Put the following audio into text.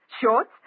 shorts